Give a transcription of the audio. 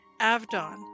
Avdon